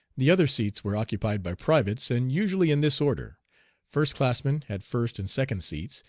the other seats were occupied by privates, and usually in this order first-classmen had first and second seats,